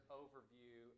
overview